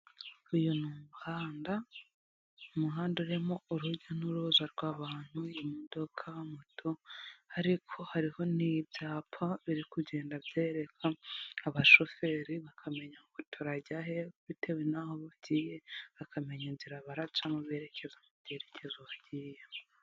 Uyu ni umuhanda umuhanda urimo urujya n'uruza rw'abantu imodoka moto ariko hariho n'ibyapa biri kugenda byereka abashoferi bakamenya ngo turajya he bitewe n'aho bagiye bakamenya inzira baracamo berekeza byerekezo bagiyemo.